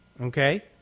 okay